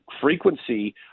frequency